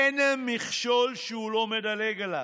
אין מכשול שהוא לא מדלג עליו,